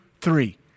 three